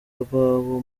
rwabo